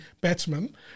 batsman